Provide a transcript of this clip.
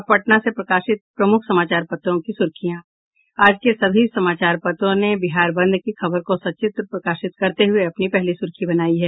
अब पटना से प्रकाशित प्रमुख समाचार पत्रों की सुर्खियां आज के सभी समाचार पत्रों ने बिहार बंद की खबर को सचित्र प्रकाशित करते हुये अपनी पहली सुर्खी बनायी है